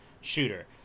shooter